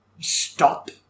stop